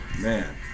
Man